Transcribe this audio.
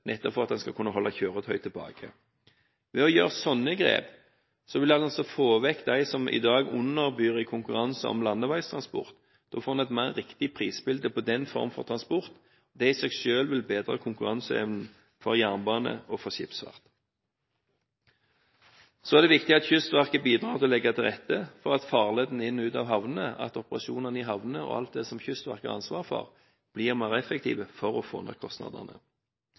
nettopp for at en skal kunne holde kjøretøy tilbake. Ved å ta sånne grep vil en altså få vekk dem som i dag underbyr i konkurransen om landeveistransport. Da får en et riktigere prisbilde på den formen for transport. Det i seg selv vil bedre konkurranseevnen for jernbane og for skipsfart. Så er det viktig at Kystverket bidrar med å legge til rette for farledene inn og ut av havnene, og at operasjonene i havnene og alt det som Kystverket har ansvar for, blir mer effektivt for å få ned kostnadene.